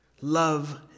Love